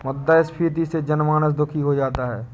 मुद्रास्फीति से जनमानस दुखी हो जाता है